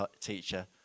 teacher